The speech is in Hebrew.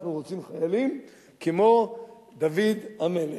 אנחנו רוצים חיילים כמו דוד המלך.